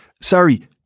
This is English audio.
Sorry